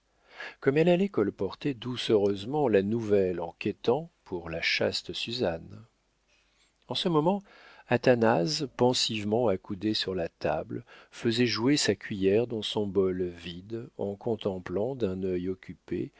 comme elle allait colporter doucereusement la nouvelle en quêtant pour la chaste suzanne en ce moment athanase pensivement accoudé sur la table faisait jouer sa cuiller dans son bol vide en contemplant d'un œil occupé